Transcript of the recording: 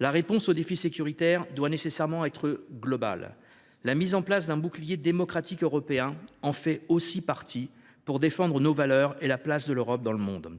La réponse aux défis sécuritaires doit nécessairement être globale. La mise en place d’un bouclier démocratique européen en fait aussi partie, pour défendre nos valeurs et la place de l’Europe dans le monde.